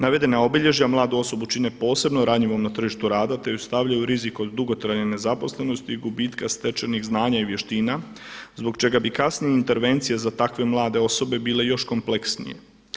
Navedena obilježja mladu osobu čine posebno ranjivom na tržištu te ju stavljaju u rizik od dugotrajne nezaposlenosti i gubitka stečenih znanja i vještina zbog čega bi kasnije intervencija za takve mlade osobe bile još kompleksnije.